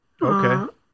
Okay